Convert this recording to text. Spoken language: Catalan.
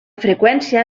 freqüència